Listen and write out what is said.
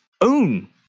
own